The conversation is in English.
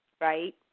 right